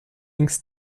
links